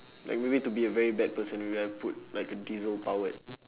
like maybe to be a very bad person maybe I put like a diesel powered